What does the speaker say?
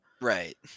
Right